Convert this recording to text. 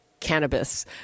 Cannabis